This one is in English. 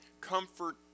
comfort